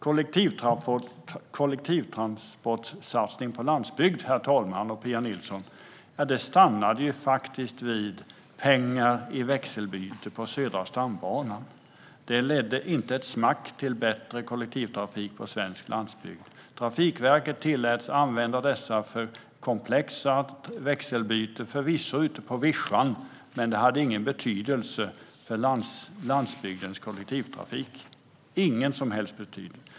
Kollektivtrafiktsatsningen på landsbygden stannade faktiskt vid pengar i växelbyte på Södra stambanan och ledde inte till ett smack bättre kollektivtrafik på den svenska landsbygden. Trafikverket tilläts använda pengarna för komplexa växelbyten, förvisso ute på vischan, men det hade ingen som helst betydelse för landsbygdens kollektivtrafik.